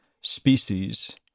species